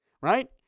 right